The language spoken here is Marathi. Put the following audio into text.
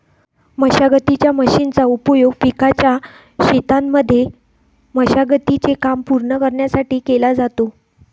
मशागतीच्या मशीनचा उपयोग पिकाच्या शेतांमध्ये मशागती चे काम पूर्ण करण्यासाठी केला जातो